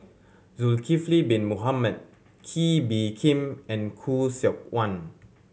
Zulkifli Bin Mohamed Kee Bee Khim and Khoo Seok Wan